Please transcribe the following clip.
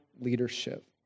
leadership